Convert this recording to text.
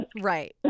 right